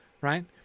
Right